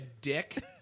dick